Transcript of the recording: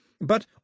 But